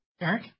Eric